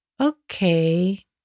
okay